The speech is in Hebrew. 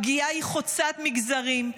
הפגיעה היא חוצת מגזרים,